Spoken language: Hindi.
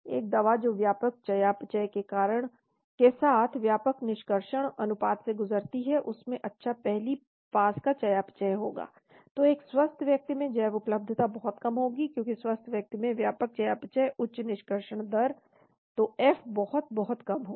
एक दवा जो व्यापक चयापचय के साथ व्यापक निष्कर्षण अनुपात से गुजरती है उसमें अच्छा पहली पास का चयापचय होगा तो एक स्वस्थ व्यक्ति में जैवउपलब्धता बहुत कम होगी क्योंकि स्वस्थ व्यक्ति में व्यापक चयापचय उच्च निष्कर्षण दर तो F बहुत बहुत कम होगा